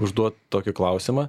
užduot tokį klausimą